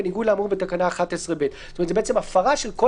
בניגוד לאמור בתקנה 11ב". זאת הפרה של כל